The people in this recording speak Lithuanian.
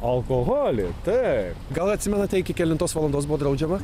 alkoholį taip gal atsimenate iki kelintos valandos buvo draudžiama